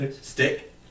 stick